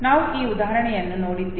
ನಾವು ಈ ಉದಾಹರಣೆಯನ್ನು ನೋಡಿದ್ದೇವೆ